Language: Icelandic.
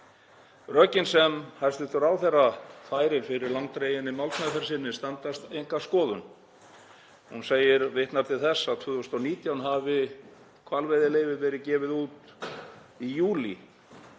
Rökin sem hæstv. ráðherra færir fyrir langdreginni málsmeðferð sinni standast enga skoðun. Hún vitnar til þess að 2019 hafi hvalveiðileyfi verið gefið út í júlí.